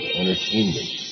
Entertainment